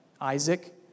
Isaac